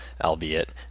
albeit